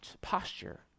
posture